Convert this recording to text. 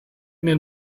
nel